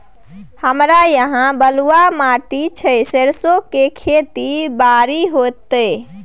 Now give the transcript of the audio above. हमरा यहाँ बलूआ माटी छै सरसो के खेती बारी होते?